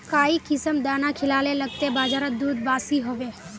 काई किसम दाना खिलाले लगते बजारोत दूध बासी होवे?